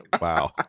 wow